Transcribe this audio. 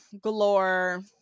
galore